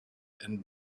and